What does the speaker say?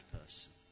person